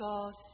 God